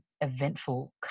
eventful